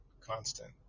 constant